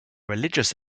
religious